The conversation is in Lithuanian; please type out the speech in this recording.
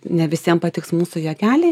ne visiems patiks mūsų juokeliai